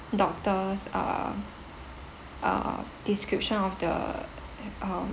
doctor's uh uh description of the um